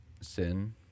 sin